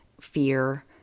fear